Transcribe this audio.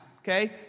Okay